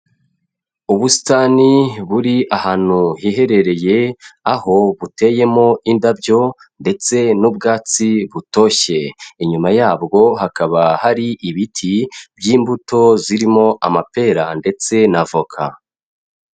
Ubusitani buri ahantu hiherereye, aho buteyemo indabyo ndetse n'ubwatsi butoshye, inyuma yabwo hakaba hari ibiti by'imbuto zirimo amapera ndetse na voka.